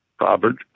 Robert